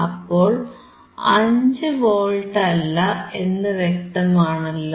അപ്പോൾ 5 വോൾട്ട് അല്ല എന്നു വ്യക്തമാണല്ലോ